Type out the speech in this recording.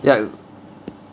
ya